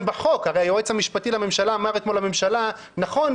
בחוק הרי היועץ המשפטי לממשלה אמר אתמול לממשלה: נכון,